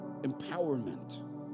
empowerment